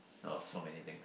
uh so many things